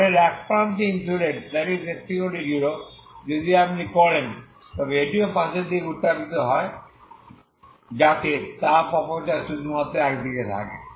রডের এক প্রান্ত ইন্সুলেট x 0 যদি আপনি করেন তবে এটিও পাশের দিকে উত্তাপিত হয় যাতে তাপ অপচয় শুধুমাত্র এক দিকে থাকে